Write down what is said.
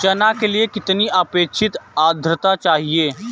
चना के लिए कितनी आपेक्षिक आद्रता चाहिए?